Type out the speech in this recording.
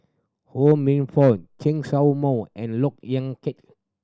Ho Minfong Chen Show Mao and Look Yan Kit